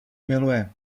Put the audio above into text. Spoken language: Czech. miluje